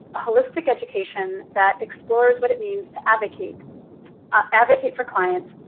a holistic education that explores what it means to advocate advocate for clients,